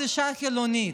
את אישה חילונית.